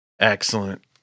Excellent